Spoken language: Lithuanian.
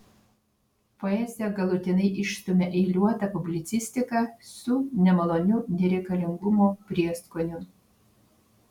poeziją galutinai išstumia eiliuota publicistika su nemaloniu nereikalingumo prieskoniu